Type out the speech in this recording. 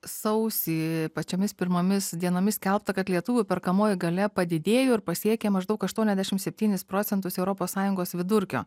sausį pačiomis pirmomis dienomis skelbta kad lietuvių perkamoji galia padidėjo ir pasiekė maždaug aštuoniasdešim septynis procentus europos sąjungos vidurkio